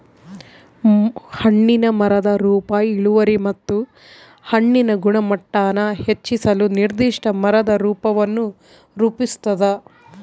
ಹಣ್ಣಿನ ಮರದ ರೂಪ ಇಳುವರಿ ಮತ್ತು ಹಣ್ಣಿನ ಗುಣಮಟ್ಟಾನ ಹೆಚ್ಚಿಸಲು ನಿರ್ದಿಷ್ಟ ಮರದ ರೂಪವನ್ನು ರೂಪಿಸ್ತದ